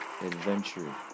adventure